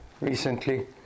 recently